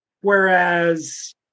Whereas